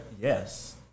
yes